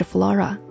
Flora